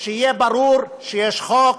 שיהיה ברור שיש חוק,